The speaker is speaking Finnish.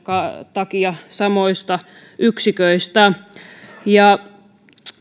takia samoista yksiköistä